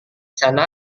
sana